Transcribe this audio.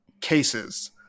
cases